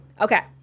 Okay